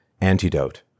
antidote